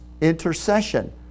intercession